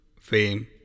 fame